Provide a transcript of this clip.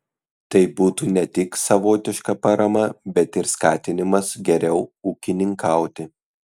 tai būtų ne tik savotiška parama bet ir skatinimas geriau ūkininkauti